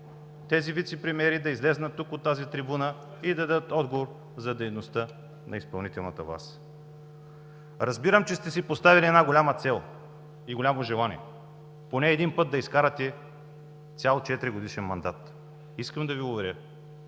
тези вицепремиери да излязат тук, от тази трибуна, и дадат отговор за дейността на изпълнителната власт?! Разбирам, че сте си поставили голяма цел и голямо желание – поне един път да изкарате цял четиригодишен мандат. Искам да Ви уверя,